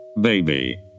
baby